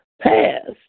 passed